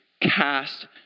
cast